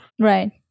Right